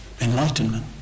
enlightenment